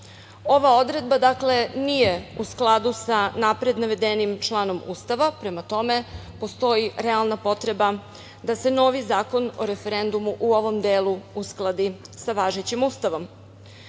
Ova odredba nije u skladu sa napred navedenim članom Ustava, prema tome postoji realna potreba da se novi Zakon o referendumu u ovom delu uskladi sa važećim Ustavom. Osim